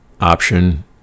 option